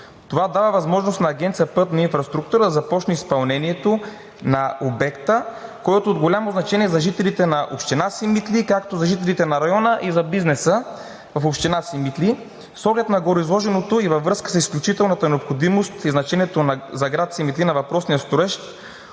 Това дава възможност на Агенция „Пътна инфраструктура“ да започне изпълнението на обекта, който е от голямо значение за жителите на община Симитли, както за жителите на района и за бизнеса в община Симитли. С оглед на гореизложеното и във връзка с изключителната необходимост и значение за град Симитли на въпросния строеж,